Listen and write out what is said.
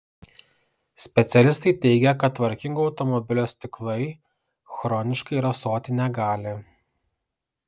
specialistai teigia kad tvarkingo automobilio stiklai chroniškai rasoti negali